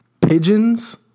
pigeons